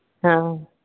हॅं